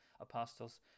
apostles